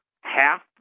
Half